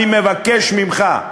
אני מבקש ממך,